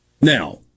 Now